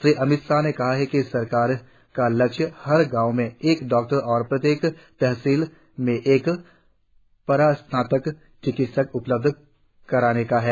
श्री अमित शाह ने कहा कि सरकार का लक्ष्य हर गांव में एक डॉक्टर और प्रत्येक तहसील में एक परास्नातक चिकित्सक उपलब्ध कराने का है